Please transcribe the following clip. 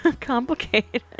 complicated